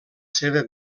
seva